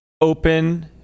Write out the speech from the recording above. open